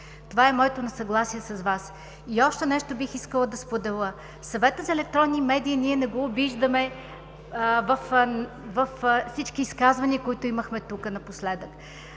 Това е моето несъгласие с Вас. И още нещо бих искала да споделя – Съвета за електронни медии ние не го виждаме във всички изказвания, които имахме тук напоследък.